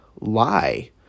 lie